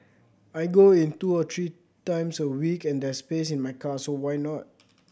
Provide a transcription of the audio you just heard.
I go in two or three times a week and there's space in my car so why not